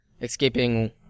escaping